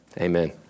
Amen